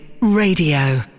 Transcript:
Radio